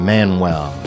Manuel